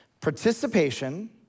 Participation